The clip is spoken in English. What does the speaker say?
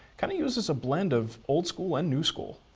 kinda uses a blend of old school and new school.